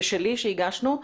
ושלי שהגשנו.